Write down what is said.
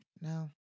no